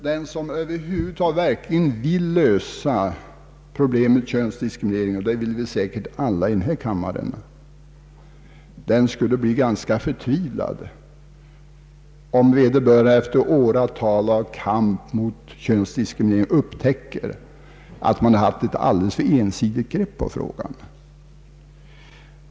Den som över huvud taget vill lösa problemet könsdiskriminering — och det vill vi säkert alla här i kammaren — skulle bli ganska förtvivlad om vederbörande efter åratal av kamp mot könsdiskrimineringen upptäcker att man har ett alltför ensidigt grepp på frågan.